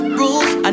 rules